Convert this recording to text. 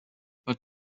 but